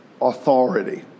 authority